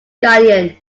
guardian